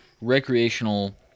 recreational